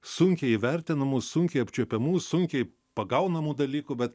sunkiai įvertinamų sunkiai apčiuopiamų sunkiai pagaunamų dalykų bet